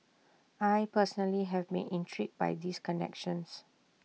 I personally have been intrigued by these connections